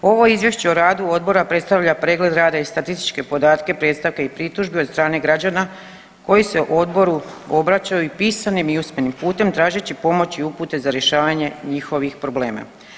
Ovo izvješće o radu odbora predstavlja pregled rada i statističke podatke, predstavke i pritužbe od strane građana koji se odboru obraćaju i pisanim i usmenim putem tražeći pomoć i upute za rješavanje njihovih problema.